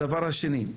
הדבר השני,